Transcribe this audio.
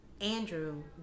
Andrew